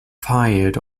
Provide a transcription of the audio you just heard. fired